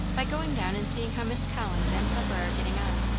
by going down and seeing how miss collins and supper are getting on.